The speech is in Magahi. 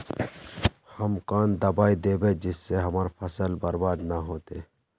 हम कौन दबाइ दैबे जिससे हमर फसल बर्बाद न होते?